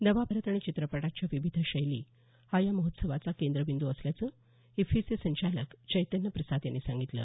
नवा भारत आणि चित्रपटाच्या विविध शैली हा या महोत्सवाचा केंद्रबिंदू असल्याचं ईफ्फीचे संचालक चैतन्य प्रसाद यांनी सांगितलं